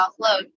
offload